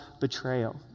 betrayal